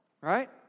right